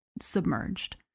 submerged